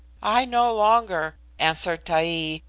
i no longer, answered taee,